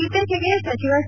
ಇತ್ತೀಚೆಗೆ ಸಚಿವ ಸಿ